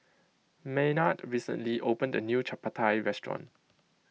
Maynard recently opened a new Chapati restaurant